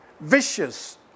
vicious